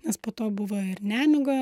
nes poto buvo ir nemiga